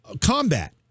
combat